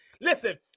Listen